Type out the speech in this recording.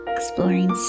Exploring